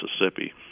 Mississippi